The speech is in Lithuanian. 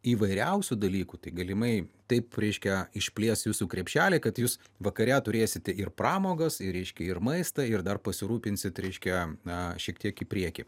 įvairiausių dalykų tai galimai taip reiškia išplės jūsų krepšelį kad jūs vakare turėsite ir pramogas ir reiškia ir maistą ir dar pasirūpinsit reiškia na šiek tiek į priekį